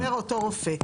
שאומר אותו רופא.